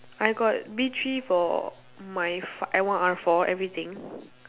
I got B three for my f~ L one R four everything